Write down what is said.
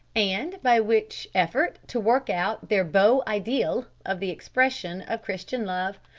and by which effort to work out their beau ideal of the expression of christian love,